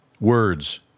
words